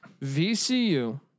VCU